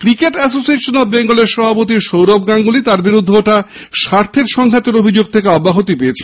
cricket association of বেঙ্গলের সভাপতি সৌরভ গাঙ্গুলি তাঁর বিরুদ্ধে ওঠা স্বার্থের সংঘাতের অভিযোগ থেকে অব্যাহতি পেয়েছেন